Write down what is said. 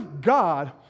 God